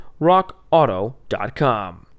rockauto.com